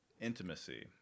intimacy